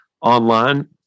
online